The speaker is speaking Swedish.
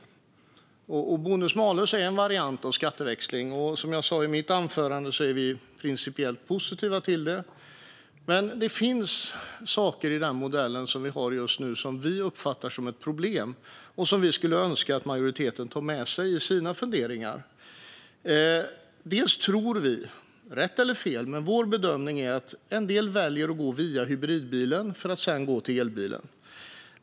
Bonus-malus är en variant av skatteväxling, och som jag sa i mitt anförande är vi principiellt positiva till det. Men det finns saker i den modell vi har just nu som vi uppfattar som problem och som vi skulle önska att majoriteten tog med sig i sina funderingar. Vi tror, rätt eller fel, att en del väljer att gå via hybridbilen för att sedan gå till elbilen.